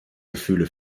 gefühle